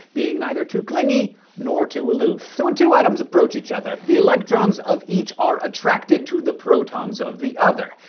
being neither too clingy nor too aloof. so when two atoms approach each other, the electrons of each are attracted to the protons of the other.